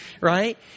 right